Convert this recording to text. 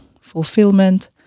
fulfillment